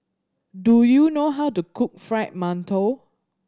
do you know how to cook Fried Mantou